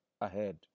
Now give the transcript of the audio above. ahead